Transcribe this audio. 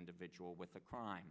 individual with a crime